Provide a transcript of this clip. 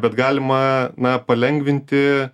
bet galima na palengvinti